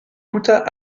coûta